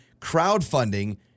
crowdfunding